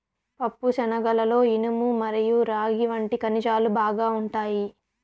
పప్పుశనగలలో ఇనుము మరియు రాగి వంటి ఖనిజాలు బాగా ఉంటాయి